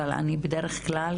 אבל אני בדרך כלל,